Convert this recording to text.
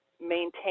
maintain